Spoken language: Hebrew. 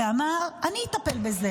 ואמר: אני אטפל בזה.